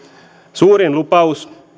suurin lupaus